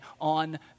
on